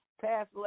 passed